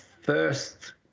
first